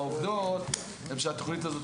והעובדות הן שהתוכנית הזאת,